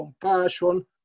compassion